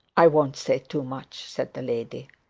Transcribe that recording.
i won't say too much said the lady.